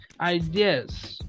ideas